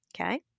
okay